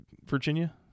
Virginia